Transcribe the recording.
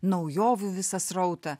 naujovių visą srautą